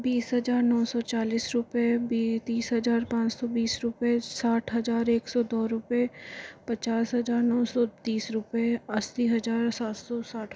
बीस हज़ार नौ सौ चालीस रूपये तीस हज़ार पाँच सौ बीस रूपये साठ हज़ार एक सौ दो रूपये पचास हज़ार नौ सौ तीस रूपये अस्सी हज़ार सात सौ साठ